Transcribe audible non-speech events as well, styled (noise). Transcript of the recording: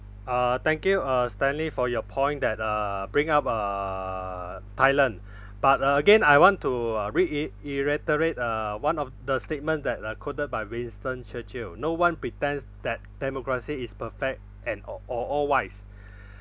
uh thank you uh stanley for your point that uh bring up uh thailand but uh again I want to re-iterate uh one of the statement that uh quoted by winston churchill no one pretends that democracy is perfect and or all all wise (breath)